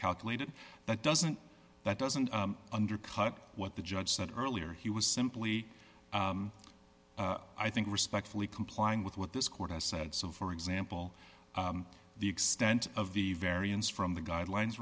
calculated that doesn't that doesn't undercut what the judge said earlier he was simply i think respectfully complying with what this court has said so for example the extent of the variance from the guidelines